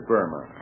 Burma